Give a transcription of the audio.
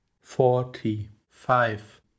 forty-five